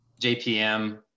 JPM